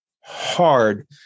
hard